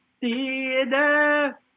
theater